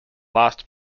last